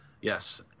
yes